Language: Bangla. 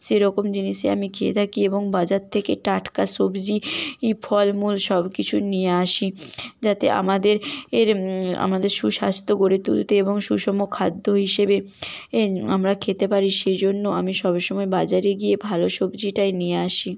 সেরকম জিনিসই আমি খেয়ে থাকি এবং বাজার থেকে টাটকা সবজি ফলমূল সব কিছু নিয়ে আসি যাতে আমাদের আমাদের সুস্বাস্থ্য গড়ে তুলতে এবং সুষম খাদ্য হিসেবে আমরা খেতে পারি সেজন্য আমি সবসময় বাজারে গিয়ে ভালো সবজিটাই নিয়ে আসি